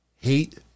hate